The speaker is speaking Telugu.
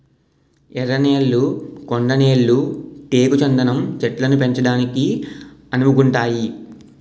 ఎర్ర నేళ్లు కొండ నేళ్లు టేకు చందనం చెట్లను పెంచడానికి అనువుగుంతాయి